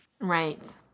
Right